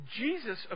Jesus